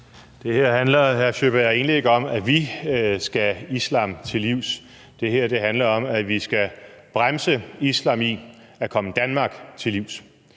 at det her egentlig ikke handler om, at vi skal islam til livs. Det her handler om, at vi skal bremse islam i at komme Danmark til livs.